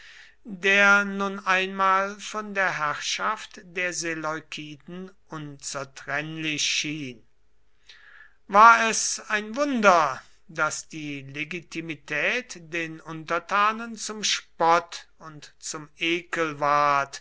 der nun einmal von der herrschaft der seleukiden unzertrennlich schien war es ein wunder daß die legitimität den untertanen zum spott und zum ekel ward